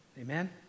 Amen